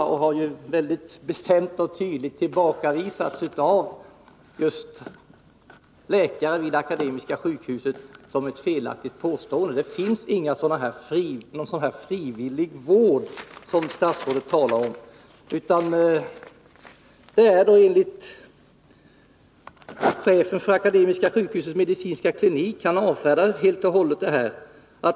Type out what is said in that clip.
Då tillbakavisades statsrådets påstående bestämt och tydligt av just läkare vid Akademiska sjukhuset. Det finns ingen sådan här frivillig vård som statsrådet talar om. Chefen för Akademiska sjukhusets medicinska klinik avfärdade det begreppet helt och hållet.